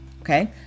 okay